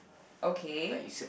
okay